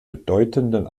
bedeutenden